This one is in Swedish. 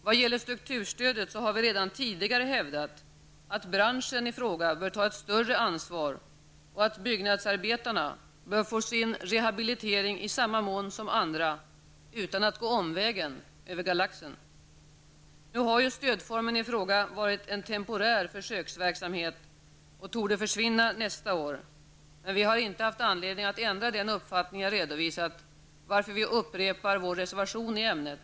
Vad gäller strukturstödet har vi redan tidigare hävdat, att branschen i fråga bör ta ett större ansvar och att byggnadsarbetarna bör få sin rehabilitering i samma mån som andra utan att gå omvägen över Nu har ju stödformen i fråga varit en temporär försöksverksamhet och torde försvinna nästa år, men vi har inte haft anledning att ändra den uppfattning jag redovisat, varför vi upprepar vår reservation i ämnet.